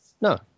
No